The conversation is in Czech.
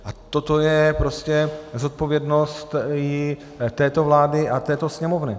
A toto je prostě zodpovědnost i této vlády a této Sněmovny.